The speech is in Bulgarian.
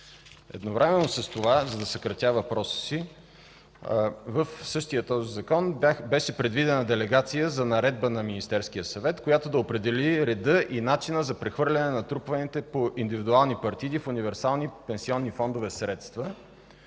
Едновременно с това, за да съкратя въпроси си, в същия този закон беше предвидена делегация за наредба на Министерския съвет, която да определи реда и начина за прехвърляне на натрупаните по индивидуалните партиди в универсални пенсионни фондове средства.